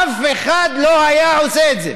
אף אחד לא היה עושה את זה.